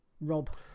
Rob